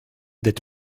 that